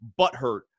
butthurt